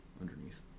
underneath